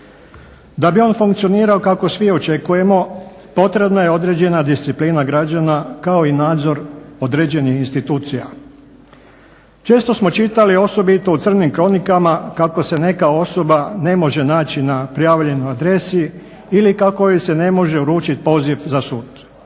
Da bi on funkcionirao kako svi očekujemo potrebna je određena disciplina građana kao i nadzor određenih institucija. Često smo čitali, osobito u crnim kronikama, kako se neka osoba ne može naći na prijavljenoj adresi ili kako joj se ne može uručit poziv za sud.